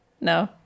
no